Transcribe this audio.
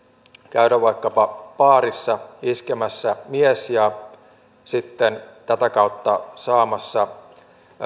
käydä vaikkapa baarissa iskemässä mies ja sitten tätä kautta saamassa